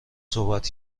صحبت